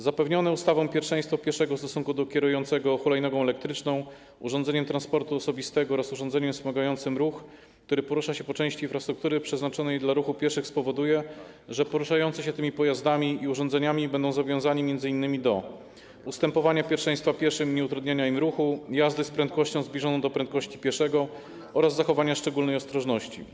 Zapewnione ustawą pierwszeństwo pieszego w stosunku do kierującego hulajnogą elektryczną, urządzeniem transportu osobistego oraz urządzeniem wspomagającym ruch, który porusza się po części infrastruktury przeznaczonej dla ruchu pieszych, spowoduje, że poruszający się tymi pojazdami i urządzeniami będą zobowiązani m.in. do: ustępowania pierwszeństwa pieszym, nieutrudniania im ruchu, jazdy z prędkością zbliżoną do prędkości pieszego oraz zachowania szczególnej ostrożności.